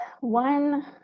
one